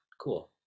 cool